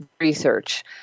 research